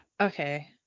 Okay